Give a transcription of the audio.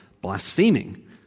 blaspheming